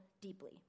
deeply